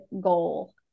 goal